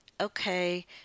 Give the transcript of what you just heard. okay